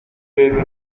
pedirme